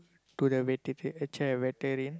to the vete~ veterinarian